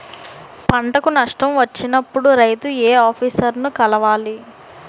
పంటకు నష్టం వచ్చినప్పుడు రైతు ఏ ఆఫీసర్ ని కలవాలి?